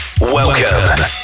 Welcome